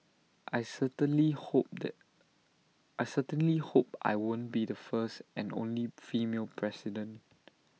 I certainly hope that I certainly hope I won't be the first and only female president